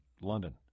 London